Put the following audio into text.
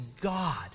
God